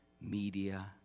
media